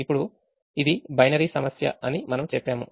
ఇప్పుడు ఇది బైనరీ సమస్య అని మనము చెప్పాము